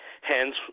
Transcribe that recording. Hence